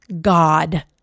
God